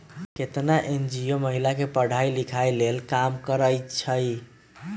केतना एन.जी.ओ महिला के पढ़ाई लिखाई के लेल काम करअई छई